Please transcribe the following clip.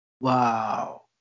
Wow